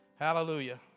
Hallelujah